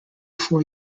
four